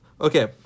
Okay